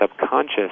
subconscious